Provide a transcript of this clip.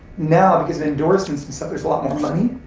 now, because of endorsements and stuff, there's a lot more money,